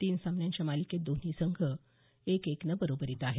तीन सामन्यांच्या मालिकेत दोन्ही संघ एक एकनं बरोबरीत आहेत